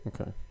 Okay